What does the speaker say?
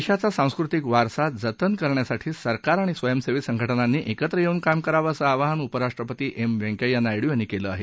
देशाचा सांस्कृतिक वारसा जतन करण्यासाठी सरकार आणि स्वयंसेवी संघटनांनी एकत्र येऊन काम करावं असं आवाहन उपराष्ट्रपती एम व्यंकय्या नायडू यांनी केलं आहे